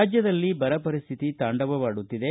ರಾಜ್ಯದಲ್ಲಿ ಬರ ಪರಿಸ್ಥಿತಿ ತಾಂಡವವಾಡುತ್ತಿದೆ